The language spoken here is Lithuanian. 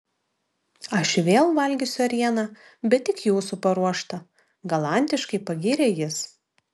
aš vėl valgysiu ėrieną bet tik jūsų paruoštą galantiškai pagyrė jis